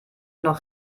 noch